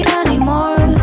anymore